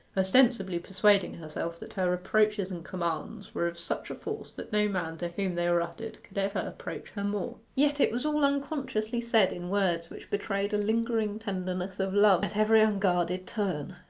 ostensibly persuading herself that her reproaches and commands were of such a force that no man to whom they were uttered could ever approach her more. yet it was all unconsciously said in words which betrayed a lingering tenderness of love at every unguarded turn.